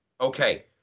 Okay